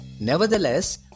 Nevertheless